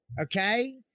okay